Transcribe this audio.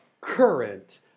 current